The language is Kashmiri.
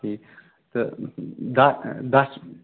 ٹھیٖک تہٕ دا دَچھ